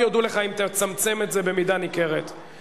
חוק ומשפט על מנת שתובא בהקדם האפשרי לקריאה שנייה ושלישית.